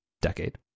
decade